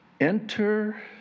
Enter